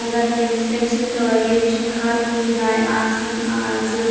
اَگَر تٔمۍ سٕنٛدۍ تعریٖف چھِ ہَر کُنہِ جایہِ آسان آزٕ